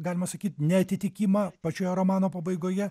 galima sakyt neatitikimą pačioje romano pabaigoje